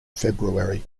february